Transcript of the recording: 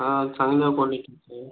हा चांगल्या क्वालिटीचं आहे